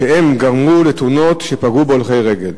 גרמו לתאונות שנפגעו בהן הולכי רגל.